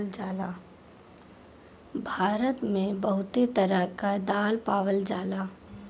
भारत मे बहुते तरह क दाल पावल जाला